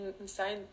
inside